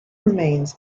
remains